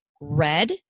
red